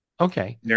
Okay